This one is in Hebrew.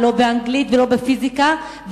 לא באנגלית ולא בפיזיקה,